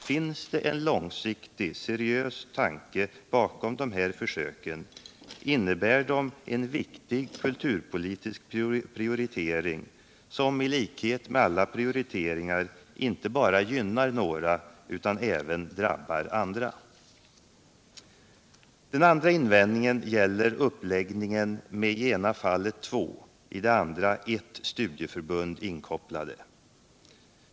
Finns det en långsiktig seriös tanke bakom dessa försök innebär de en viktig kulturpolitisk prioritering som — i likhet med alla andra prioriteringar — inte bara gynnar några utan även drabbar andra. Den andra invändningen gäller uppläggningen med i det ena fallet två och i det andra fallet ett studieförbund inkopplade.